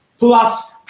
Plus